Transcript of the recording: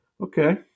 Okay